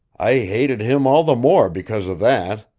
i hated him all the more because of that.